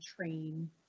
train